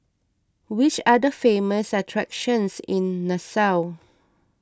which are the famous attractions in Nassau